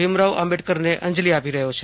ભીમરાવ આંબેડકરને અંજલિ આપી રહ્યું છે